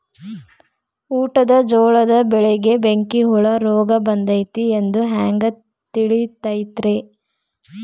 ಊಟದ ಜೋಳದ ಬೆಳೆಗೆ ಬೆಂಕಿ ಹುಳ ರೋಗ ಬಂದೈತಿ ಎಂದು ಹ್ಯಾಂಗ ತಿಳಿತೈತರೇ?